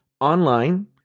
online